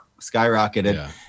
skyrocketed